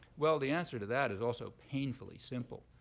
well, the answer to that is also painfully simple.